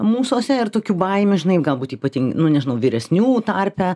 mūsuose ir tokių baimių žinai galbūt ypating nu nežinau vyresnių tarpe